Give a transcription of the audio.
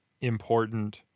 important